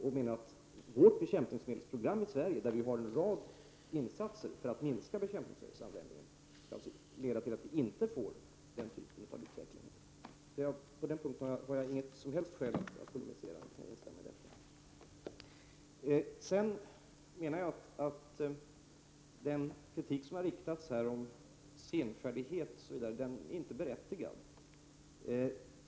Jag menar att vårt bekämpningsmedelsprogram, med en rad insatser för att minska bekämpningsmedelsanvändningen, leder till att vi i Sverige inte får den typen av utveckling. Jag menar vidare att den kritik som har riktats här mot senfärdighet osv. inte är berättigad.